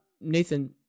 Nathan